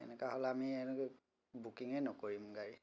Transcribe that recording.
এনেকুৱা হ'লে আমি এনেকৈ বুকিঙেই নকৰিম গাড়ী